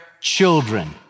children